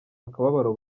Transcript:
akababaro